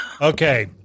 Okay